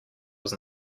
was